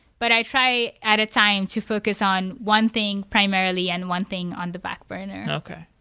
but i try at a time to focus on one thing primarily and one thing on the backburner okay.